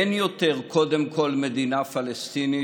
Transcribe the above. אין יותר: קודם כול מדינה פלסטינית,